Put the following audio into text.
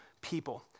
people